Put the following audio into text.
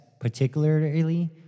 particularly